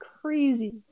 crazy